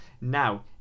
Now